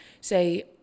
Say